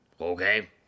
okay